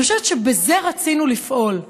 אני חושבת שבזה רצינו לפעול.